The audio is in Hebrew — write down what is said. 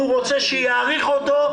והוא רוצה שיעריכו אותו.